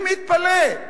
אני מתפלא,